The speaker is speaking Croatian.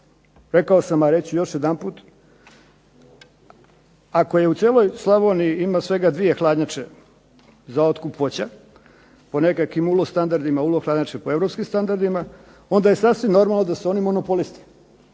rekao sam a reći ću još jedanput ako u cijeloj Slavoniji ima svega dvije hladnjače za otkup voća po nekakvim ULO standardima, ULO hladnjače po europskim standardima, onda je sasvim normalno da su oni monopolisti